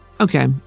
Okay